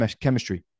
chemistry